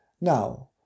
Now